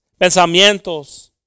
Pensamientos